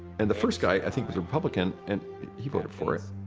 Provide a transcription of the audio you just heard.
and the first guy, i think, was a republican, and he voted for it.